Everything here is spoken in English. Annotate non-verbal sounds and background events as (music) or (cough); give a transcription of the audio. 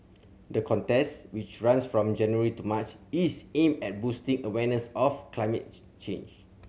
the contest which runs from January to March is aimed at boosting awareness of climate (unintelligible) change